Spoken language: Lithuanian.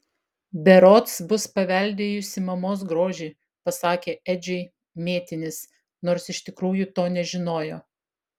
berods bus paveldėjusi mamos grožį pasakė edžiui mėtinis nors iš tikrųjų to nežinojo